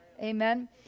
amen